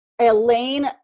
Elaine